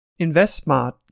InvestSmart